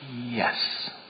Yes